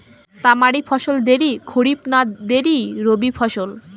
তামারি ফসল দেরী খরিফ না দেরী রবি ফসল?